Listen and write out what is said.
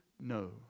No